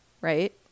right